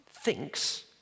thinks